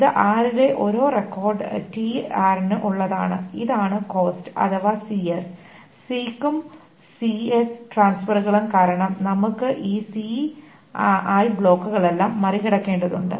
ഇത് r ലെ ഓരോ റെക്കോർഡ് tr നു ഉള്ളതാണ് ഇതാണ് കോസ്റ്റ് അഥവാ cs സീക്സ് ഉം cs ട്രാൻസ്ഫെറുകളും കാരണം നമുക്ക് ഈ ci ബ്ലോക്കുകളെല്ലാം മറികടക്കേണ്ടതുണ്ട്